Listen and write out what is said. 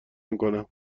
میکنم